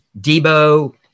Debo